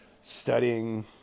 studying